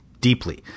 deeply